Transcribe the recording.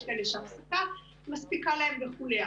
יש כאלה שהפסקה מספיקה להם וכולי.